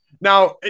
Now